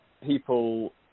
people